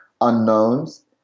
unknowns